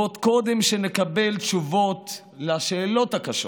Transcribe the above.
ועוד קודם שנקבל תשובות לשאלות הקשות